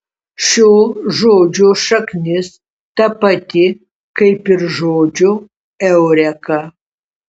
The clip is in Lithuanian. šio žodžio šaknis ta pati kaip ir žodžio eureka